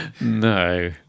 No